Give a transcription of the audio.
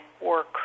work